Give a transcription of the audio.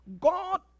God